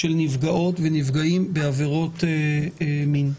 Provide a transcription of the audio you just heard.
של נפגעות ונפגעים בעבירות מין.